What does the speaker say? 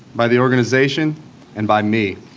by the organization and by me.